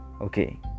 okay